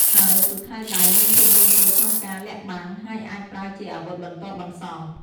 ហើយពូថៅដៃមានភាពងាយស្រួលក្នុងការលាក់បាំង ហើយអាចប្រើជាអាវុធបន្ទាប់បន្សំ។